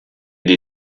die